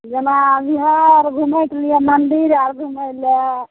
जेना बिहार घुमैके लिए मन्दिर आओर घुमै ले